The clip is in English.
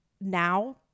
now